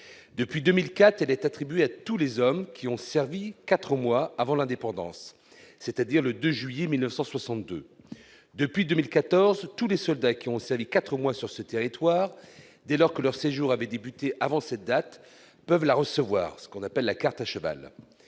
Depuis 2004, celle-ci est attribuée à tous les hommes qui y ont servi quatre mois avant l'indépendance, c'est-à-dire le 2 juillet 1962. Depuis 2014, tous les soldats qui ont servi quatre mois sur ce territoire, dès lors que leur séjour avait commencé avant cette date, peuvent la recevoir- c'est ce qu'on appelle la carte « à cheval